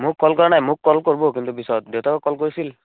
মোক কল কৰা নাই মোক কল কৰিব কিন্তু পিছত দেউতাকক কল কৰিছিল